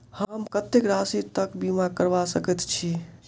हम कत्तेक राशि तकक बीमा करबा सकैत छी?